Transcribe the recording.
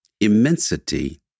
Immensity